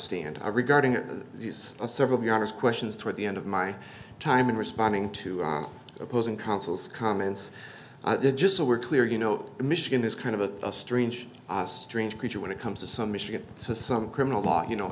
stand on regarding these several be honest questions toward the end of my time in responding to opposing counsel's comments just so we're clear you know michigan is kind of a strange strange creature when it comes to some michigan so some criminal law you know